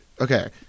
Okay